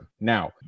Now